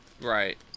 right